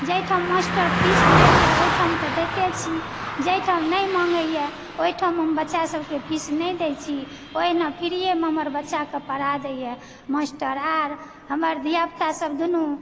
जाहिठाम master fees लयए ओहिठाम तऽ दयते छी जाहिठाम नहि माँगयए ओहिठाम हम बच्चासभके फीस नहि दैत छी ओहिना फ्रीएमे हमर बच्चाके पढ़ा दयए मास्टर आर हमर धिया पुतासभ दुनु